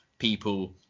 People